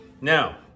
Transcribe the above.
Now